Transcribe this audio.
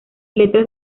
letras